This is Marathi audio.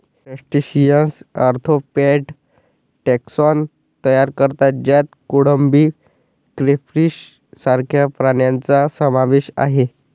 क्रस्टेशियन्स आर्थ्रोपॉड टॅक्सॉन तयार करतात ज्यात कोळंबी, क्रेफिश सारख्या प्राण्यांचा समावेश आहे